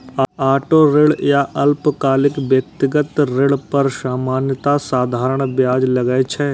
auto ऋण या अल्पकालिक व्यक्तिगत ऋण पर सामान्यतः साधारण ब्याज लागै छै